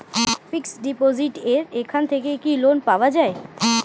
Fix ডিপোজিটের এখান থেকে কি লোন পাওয়া যায়?